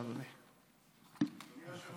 אדוני היושב-ראש, אדוני היושב-ראש, אתה